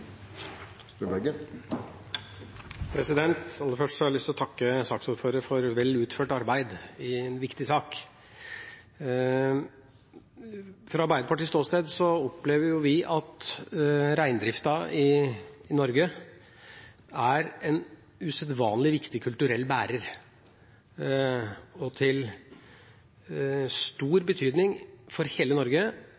Aller først har jeg lyst til å takke saksordføreren for vel utført arbeid i en viktig sak. Fra Arbeiderpartiets side opplever vi at reindriften i Norge i utgangspunktet er en usedvanlig viktig kulturbærer og av stor